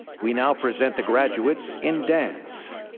we now present the graduates in dance.